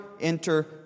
enter